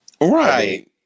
Right